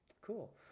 Cool